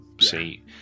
See